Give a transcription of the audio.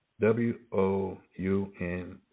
W-O-U-N